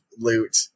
loot